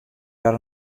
wer